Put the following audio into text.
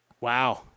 Wow